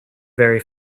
very